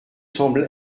semble